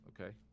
Okay